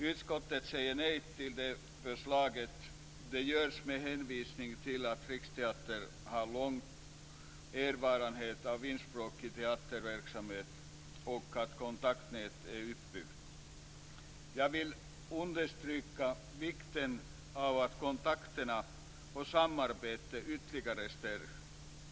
Utskottet säger nej till förslaget med hänvisning till att Riksteatern har lång erfarenhet av finskspråkig teaterverksamhet och att ett kontaktnät är uppbyggt. Jag vill understryka vikten av att kontakterna och samarbetet ytterligare stärks.